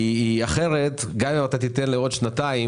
אחרת גם אם תיתן לעוד שנתיים,